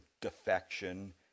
defection